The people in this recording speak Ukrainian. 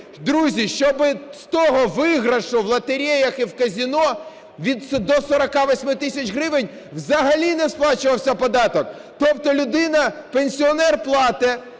друзі, щоб з того виграшу в лотереях і в казино до 48 тисяч гривень взагалі не сплачувався податок. Тобто людина, пенсіонер, платить,